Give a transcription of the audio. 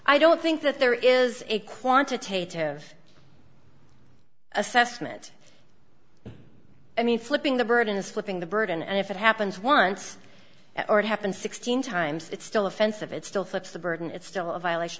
i don't think that there is a quantitative assessment i mean flipping the bird is flipping the bird and if it happens once or it happened sixteen times it's still offensive it still flips the burden it's still a violation